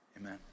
amen